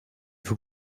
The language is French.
vous